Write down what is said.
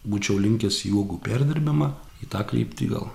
būčiau linkęs į uogų perdirbimą į tą kryptį gal